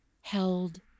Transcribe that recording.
held